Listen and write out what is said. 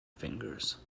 fingers